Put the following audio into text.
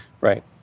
right